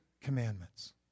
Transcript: commandments